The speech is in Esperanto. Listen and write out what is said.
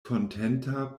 kontenta